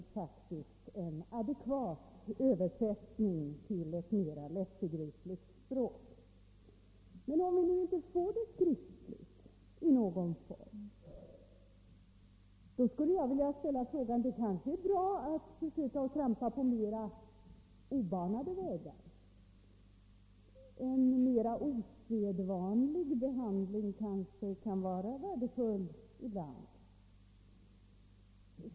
Det är nog en adekvat översättning till ett mer lättbegripligt språk. Men om vi nu inte får någon skriftlig information vore det kanske bra om vi försökte trampa på mer obanade vägar — en mer ovanlig behandling kanske kan vara värdefull ibland.